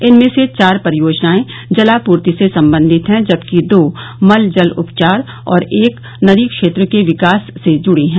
इनमें से चार परियोजनाए जलापूर्ति से संबंधित हैं जबकि दो मलजल उपचार और एक नदी क्षेत्र के विकास से जुड़ी है